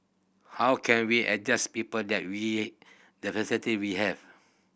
how can we a just people that with the visitor we have